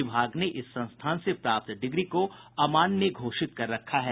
विभाग ने इस संस्थान से प्राप्त डिग्री को अमान्य घोषित कर रखा है